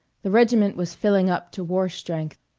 the regiment was filling up to war strength,